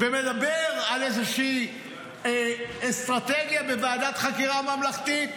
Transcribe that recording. ומדבר על איזושהי אסטרטגיה בוועדת חקירה ממלכתית.